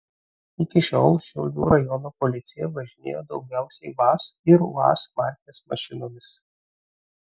iki šiol šiaulių rajono policija važinėjo daugiausiai vaz ir uaz markės mašinomis